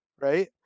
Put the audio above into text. right